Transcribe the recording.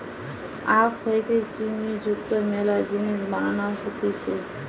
আখ হইতে চিনি যুক্ত মেলা জিনিস বানানো হতিছে